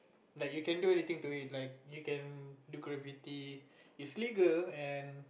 like you can do anything to it like you can do graffiti it's legal and